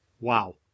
Wow